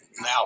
now